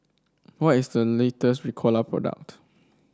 what is the latest Ricola product